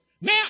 Now